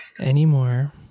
anymore